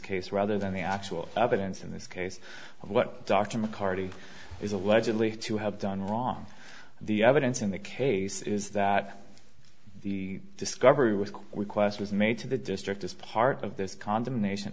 case rather than the actual evidence in this case of what dr mccarthy is allegedly to have done wrong the evidence in the case is that discovery with request was made to the district as part of this condemnation